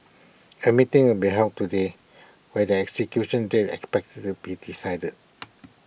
A meeting will be held today where their execution date expected to be decided